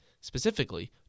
specifically